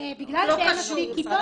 בגלל שאין מספיק כיתות.